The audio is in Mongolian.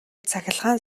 цахилгаан